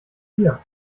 dir